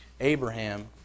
Abraham